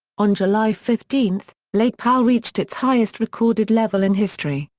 on july fifteen, lake powell reached its highest recorded level in history.